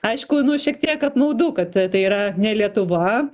aišku nu šiek tiek apmaudu kad tai yra ne lietuva